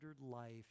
life